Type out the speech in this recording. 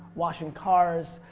washing cars,